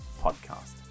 podcast